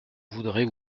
voudrais